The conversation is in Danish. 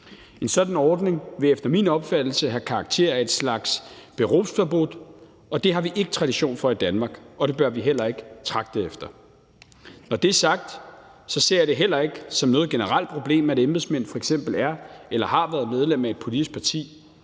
En sådan ordning vil efter min opfattelse have karakter af et slags berufsverbot, og det har vi ikke tradition for i Danmark, og det bør vi heller ikke tragte efter. Når det er sagt, ser jeg det heller ikke som noget generelt problem, at embedsmænd f.eks. er eller har været medlem af et politisk parti.